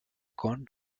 con